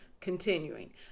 continuing